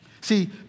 See